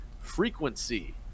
frequency